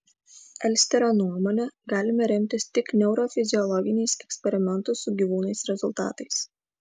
elsterio nuomone galime remtis tik neurofiziologiniais eksperimentų su gyvūnais rezultatais